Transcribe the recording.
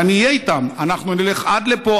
ואני אהיה איתם: אנחנו נלך עד לפה,